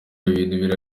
ibintu